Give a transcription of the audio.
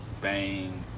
bang